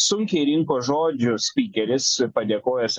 sunkiai rinko žodžius spykeris padėkojo jisai